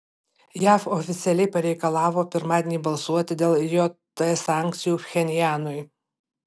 jav oficialiai pareikalavo pirmadienį balsuoti dėl jt sankcijų pchenjanui